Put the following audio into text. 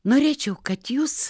norėčiau kad jūs